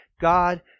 God